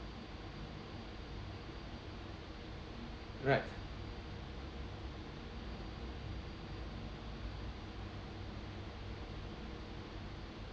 right